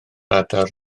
adar